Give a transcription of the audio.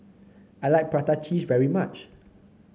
I like Prata Cheese very much